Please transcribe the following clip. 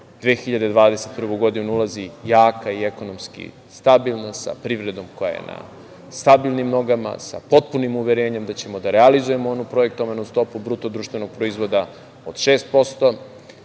2021. godinu ulazi jaka i ekonomski stabilna, sa privredom koja je na stabilnim nogama, sa potpunim uverenjem da ćemo da realizujemo onu projektovanu stopu bruto društvenog proizvoda od 6%.Ali